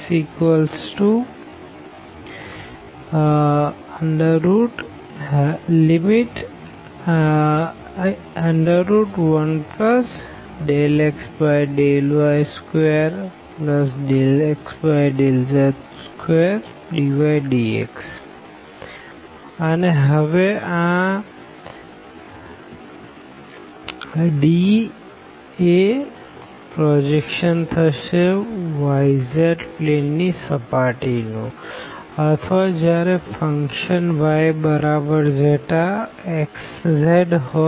S∬D1∂x∂y2∂x∂z2dydz અને હવે આ D એ પ્રોજેક્શન થશે y z પ્લેન ની સર્ફેસ નું અથવા જયારે ફંક્શન yψxz હોઈ